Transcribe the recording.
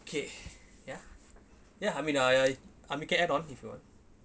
okay ya ya I mean I I mean can add on if you want